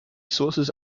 sources